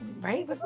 right